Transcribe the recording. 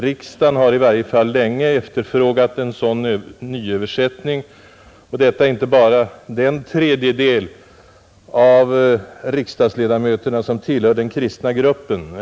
Riksdagen har i varje fall länge efterfrågat en nyöversättning — inte bara den tredjedel av riksdagsledamöterna som tillhör den kristna gruppen.